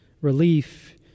relief